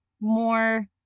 more